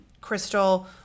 Crystal